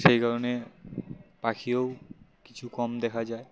সেই কারণে পাখিও কিছু কম দেখা যায়